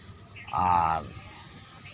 ᱟᱨ